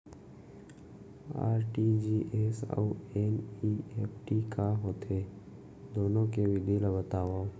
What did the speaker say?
RTGS अऊ NEFT का होथे, दुनो के विधि ला बतावव